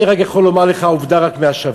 אני רק יכול לומר לך עובדה מהשבוע: